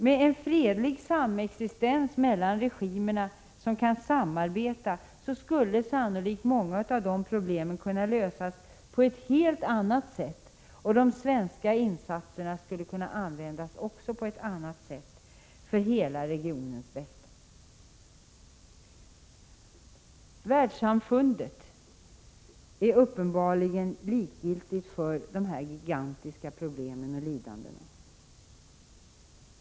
Med en fredlig samexistens mellan regimer som kan samarbeta skulle sannolikt många av problemen kunna lösas på ett helt annat sätt och de svenska insatserna också kunna användas på ett annat sätt för hela regionens bästa. Världssamfundet är uppenbarligen likgiltigt för de gigantiska problemen och lidandet.